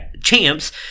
Champs